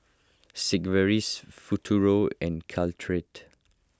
Sigvaris Futuro and Caltrate